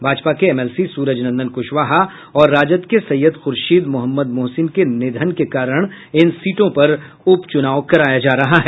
भाजपा के एमएलसी सूरज नंदन कुशवाहा और राजद के सैयद खुर्शीद मोहम्मद मोहसीन के निधन के कारण इन सीटों पर उप चूनाव कराया जा रहा है